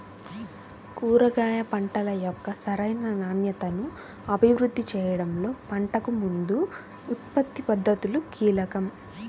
కూరగాయ పంటల యొక్క సరైన నాణ్యతను అభివృద్ధి చేయడంలో పంటకు ముందు ఉత్పత్తి పద్ధతులు కీలకం